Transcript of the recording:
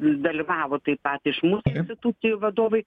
dalyvavo taip pat iš mūsų institucijų vadovai